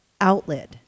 outlet